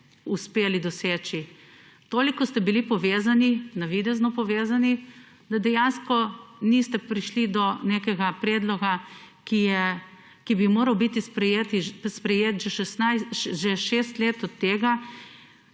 (Nadaljevanje) Toliko ste bili povezani, navidezno povezani, da dejansko niste prišli do nekega predloga, ki bi moral biti sprejet že šest let od tega,